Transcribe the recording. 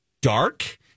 dark